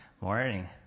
Morning